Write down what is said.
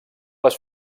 les